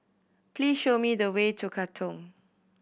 please show me the way to Katong